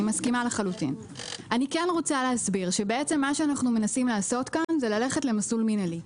אני כן רוצה להסביר שבעצם אנחנו מנסים לעשות כאן זה ללכת למסלול מנהלי.